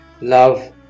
Love